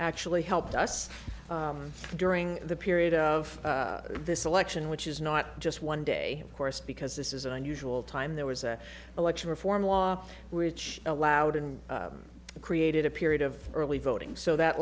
actually helped us during the period of this election which is not just one day of course because this is an unusual time there was an election reform law which allowed and created a period of early voting so that